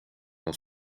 dat